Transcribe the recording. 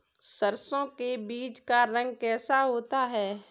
सरसों के बीज का रंग कैसा होता है?